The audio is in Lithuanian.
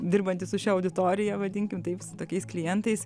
dirbanti su šia auditorija vadinkim taip su tokiais klientais